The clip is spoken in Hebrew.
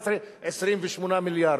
עד 2011, 28 מיליארד.